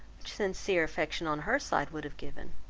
which sincere affection on her side would have given,